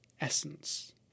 essence